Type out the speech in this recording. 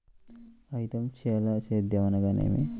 ఐదంచెల సేద్యం అనగా నేమి?